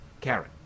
Karen